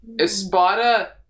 Espada